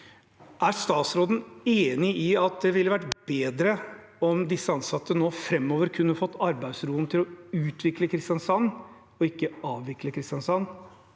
Er statsråden enig i at det ville vært bedre om disse ansatte nå framover kunne fått arbeidsro til å utvikle Kristiansand, ikke avvikle Kristiansand?